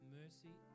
mercy